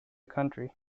country